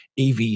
AV